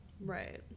Right